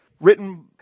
written